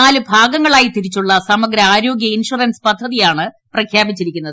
നാലു ഭാഗങ്ങളായി തിരിച്ചുള്ള സമഗ്ര ആരോഗ്യ ഇൻഷുറൻസ് പദ്ധതിയാണ് പ്രഖ്യാപിച്ചിരിക്കുന്നത്